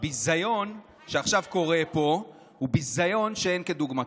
הביזיון שעכשיו קורה פה הוא ביזיון שאין כדוגמתו.